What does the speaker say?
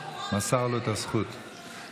מסר לו את הזכות.